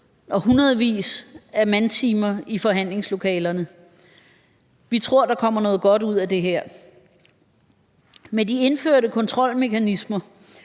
og hundredvis af mandetimer i forhandlingslokalerne. Vi tror, der kommer noget godt ud af det her. Med de indførte kontrolmekanismer,